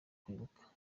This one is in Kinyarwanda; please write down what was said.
kwibuka